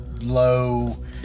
low